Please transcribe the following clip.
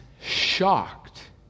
shocked